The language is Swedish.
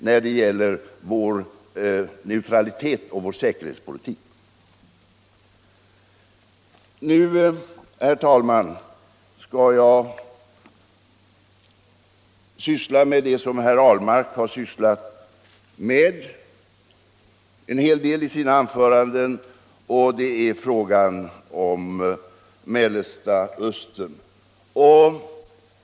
nämligen vår neutralitet och vår säkerhetspolitik. Nu, herr talman, skall jag ta upp det som herr Ahlmark har sysslat med en hel del i sina anföranden, nämligen frågan om Mellersta Östern.